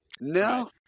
no